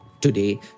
Today